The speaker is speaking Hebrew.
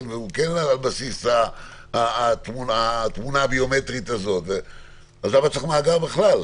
והוא כן על בסיס התמונה הביומטרית הזאת ,למה צריך מאגר בכלל?